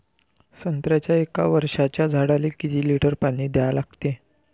संत्र्याच्या एक वर्षाच्या झाडाले किती लिटर पाणी द्या लागते?